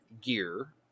gear